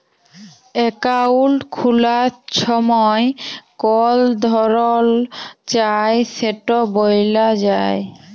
account খুলার ছময় কল ধরল চায় সেট ব্যলা যায়